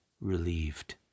relieved